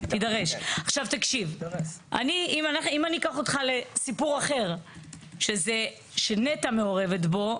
אם אני אקח אותך לסיפור אחר שנת"ע מעורבת בו,